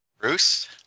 Bruce